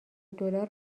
دلار